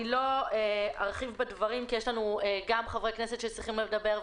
אני לא ארחיב בדברים כי גם חברי הכנסת צריכים לדבר ,